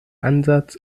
ansatz